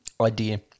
idea